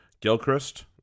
Gilchrist